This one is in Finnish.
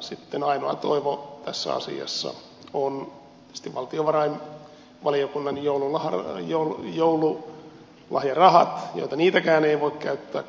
sitten ainoa toivo tässä asiassa on tietysti valtiovarainvaliokunnan joululahjarahat joita niitäkään ei voi käyttää